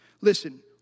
Listen